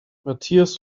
matthias